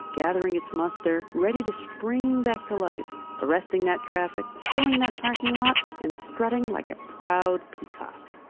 gathering it's muster ready to spring back to life arresting that traffic, filling that parking lot and strutting like a proud peacock,